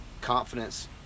confidence